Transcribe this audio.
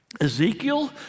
Ezekiel